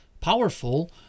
powerful